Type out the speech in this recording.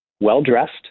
well-dressed